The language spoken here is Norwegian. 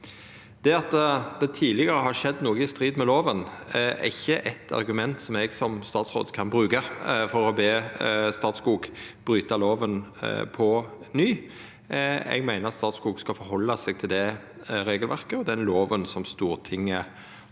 Det at det tidlegare har skjedd noko i strid med loven, er ikkje eit argument som eg som statsråd kan bruka for å be Statskog bryta loven på ny. Eg meiner at Statskog skal forhalda seg til det regelverket og den loven som Stortinget har